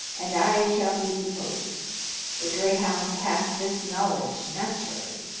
and i shall be deposed the grayhounde hath this knowledge naturally,